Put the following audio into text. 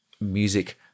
music